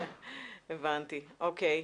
הבנתי, אוקיי.